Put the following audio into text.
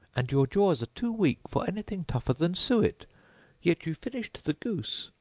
and your jaws are too weak for anything tougher than suet yet you finished the goose,